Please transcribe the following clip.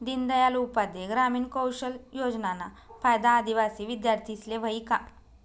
दीनदयाल उपाध्याय ग्रामीण कौशल योजनाना फायदा आदिवासी विद्यार्थीस्ले व्हयी का?